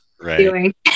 Right